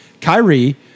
Kyrie